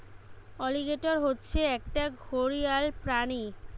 alligator হচ্ছে একটা ঘড়িয়াল প্রাণী